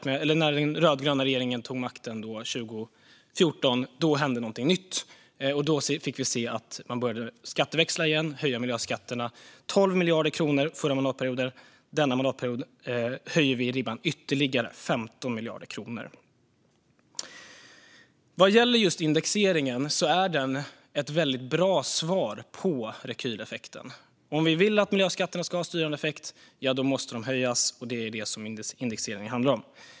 Men när den rödgröna regeringen tog makten 2014 hände någonting nytt. Då fick vi se att man åter började skatteväxla och höja miljöskatterna. De höjdes med 12 miljarder kronor förra mandatperioden. Denna mandatperiod höjer vi ribban ytterligare till 15 miljarder kronor. Indexeringen är ett väldigt bra svar på rekyleffekten. Om vi vill att miljöskatterna ska ha en styrande effekt måste de höjas, och det är detta som indexeringen handlar om.